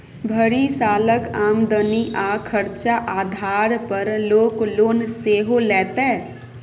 भरि सालक आमदनी आ खरचा आधार पर लोक लोन सेहो लैतै